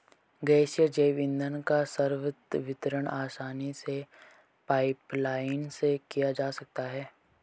गैसीय जैव ईंधन का सर्वत्र वितरण आसानी से पाइपलाईन से किया जा सकता है